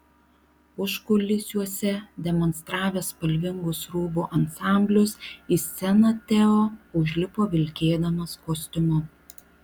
užkulisiuose demonstravęs spalvingus rūbų ansamblius į sceną teo užlipo vilkėdamas kostiumu